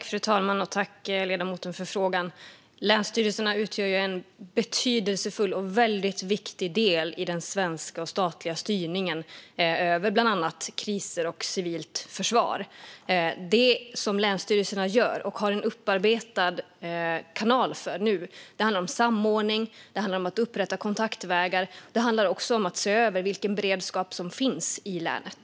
Fru talman! Tack, ledamoten, för frågan! Länsstyrelserna utgör en betydelsefull och viktig del i den svenska statliga styrningen över bland annat kriser och civilt försvar. Det länsstyrelserna gör nu och har en upparbetad kanal för handlar om samordning, att upprätta kontaktvägar och att se över vilken beredskap som finns i länet.